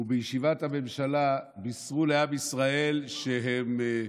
ובישיבת הממשלה בישרו לעם ישראל שהם,